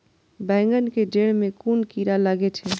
बेंगन के जेड़ में कुन कीरा लागे छै?